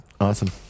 Awesome